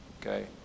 okay